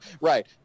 Right